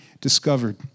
Discovered